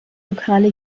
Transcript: lokale